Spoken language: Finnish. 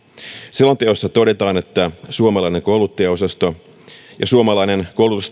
selonteossa todetaan että suomalainen kouluttajaosasto ja suomalainen koulutustapa ovat saaneet erittäin hyvää palautetta